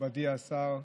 מכובדי השר,